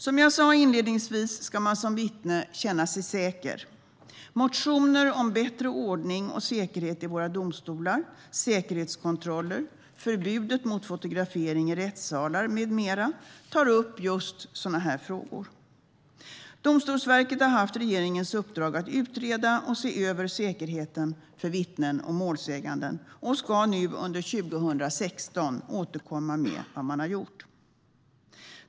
Som jag sa inledningsvis ska man som vittne känna sig säker. Motioner om bättre ordning och säkerhet i våra domstolar, säkerhetskontroller, förbudet mot fotografering i rättssalar med mera tar upp just sådana frågor. Domstolsverket har haft regeringens uppdrag att utreda och se över säkerheten för vittnen och målsägande och och ska nu under 2016 återkomma om vad man har gjort.